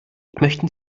möchten